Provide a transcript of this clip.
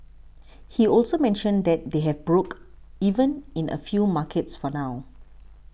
he also mentioned that they've broke even in a few markets for now